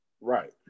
right